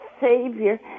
savior